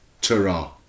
Ta-ra